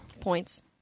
points